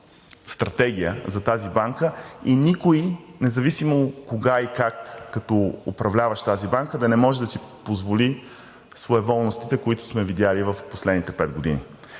стратегия за тази банка и никой, независимо кога и как като управляващ тази банка, да не може да си позволи своеволностите, които сме видели в последните пет години.